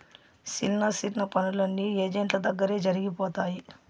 సిన్న సిన్న పనులన్నీ ఏజెంట్ల దగ్గరే జరిగిపోతాయి